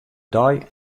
dei